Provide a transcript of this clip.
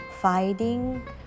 fighting